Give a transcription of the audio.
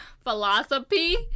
Philosophy